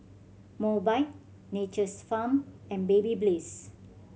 Mobike Nature's Farm and Babyliss